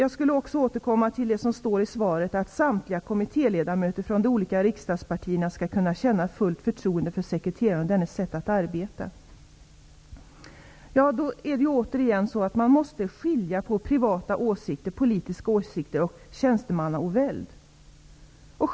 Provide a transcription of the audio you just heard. I svaret står det: ''Samtliga kommittéledamöter från de olika riksdagspartierna skall kunna känna fullt förtroende för sekreteraren och dennes sätt att arbeta.'' Men man måste kunna skilja på privata åsikter, politiska åsikter, och tjänstemannaoväld.